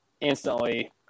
instantly